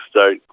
start